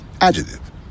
Adjective